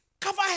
cover